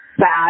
bad